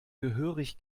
gehörig